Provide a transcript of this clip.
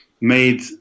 made